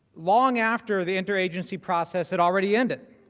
long after the interagency process and already ended